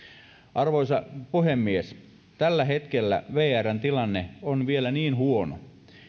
arvoisa puhemies tällä hetkellä vrn tilanne on vielä niin huono